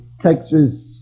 Texas